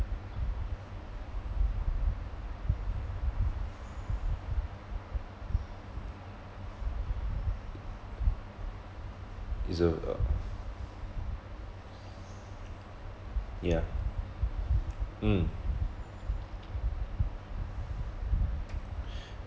is a uh yeah mm